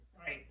Right